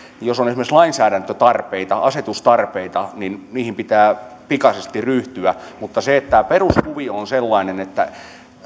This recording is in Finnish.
jos on esimerkiksi lainsäädäntötarpeita asetustarpeita niin niihin pitää pikaisesti ryhtyä mutta tämä peruskuvio on sellainen että